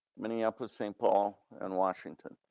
minneapolis, st. paul, and washington.